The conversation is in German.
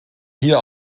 hier